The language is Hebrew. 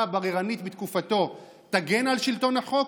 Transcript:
הבררנית בתקופתו תגן על שלטון החוק,